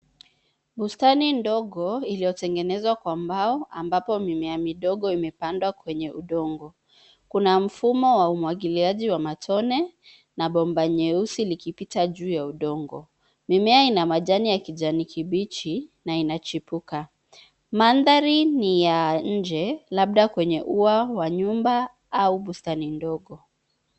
Bustani ndogo iliyotengenezwa kwa mbao ambapo mimea midogo imepandwa kwenye udongo. Kuna mfumo wa umwagiliaji wa matone na bomba nyeusi likipita juu ya udongo. Mimea ina majani ya kijani kibichi na inachipuka. Madhari ni ya inje labda kwenye ua wa nyumba au bustani ndogo.